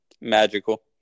magical